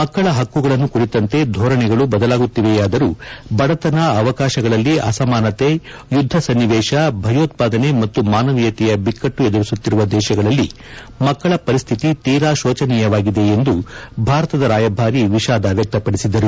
ಮಕ್ಕಳ ಹಕ್ಕುಗಳನ್ನು ಕುರಿತಂತೆ ಧೋರಣೆಗಳು ಬದಲಾಗುತ್ತಿವೆಯಾದರೂ ಬಡತನ ಅವಕಾಶಗಳಲ್ಲಿ ಅಸಮಾನತೆ ಯುದ್ದ ಸನ್ನಿವೇಶ ಭಯೋತ್ಪಾದನೆ ಮತ್ತು ಮಾನವೀಯತೆಯ ಬಿಕ್ಕಟ್ಟು ಎದುರಿಸುತ್ತಿರುವ ದೇಶಗಳಲ್ಲಿ ಮಕ್ಕಳ ಪರಿಸ್ಹಿತಿ ತೀರಾ ಶೋಚನೀಯವಾಗಿದೆ ಎಂದು ಭಾರತದ ರಾಯಭಾರಿ ವಿಷಾದ ವ್ಯಕ್ತಪಡಿಸಿದರು